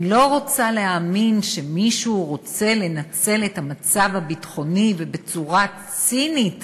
אני לא רוצה להאמין שמישהו רוצה לנצל את המצב הביטחוני ובצורה צינית